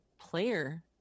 player